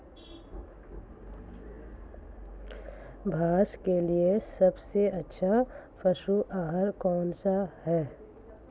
भैंस के लिए सबसे अच्छा पशु आहार कौनसा है?